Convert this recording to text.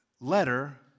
letter